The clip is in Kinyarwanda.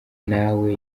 nawe